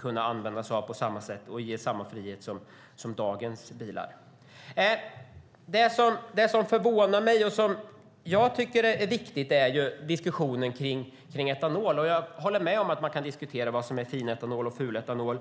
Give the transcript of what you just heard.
kan använda på samma sätt och som kommer att ge samma frihet som dagens bilar. Jag tycker att diskussionen om etanol är viktig. Jag håller med om att man kan diskutera vad som är finetanol och fuletanol.